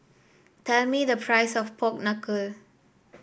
tell me the price of Pork Knuckle